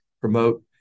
promote